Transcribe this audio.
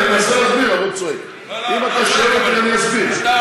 אני מנסה להסביר, אבל הוא צועק.